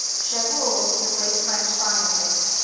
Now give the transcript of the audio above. chevreul, the great french scientist,